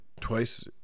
twice